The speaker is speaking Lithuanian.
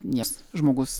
nes žmogus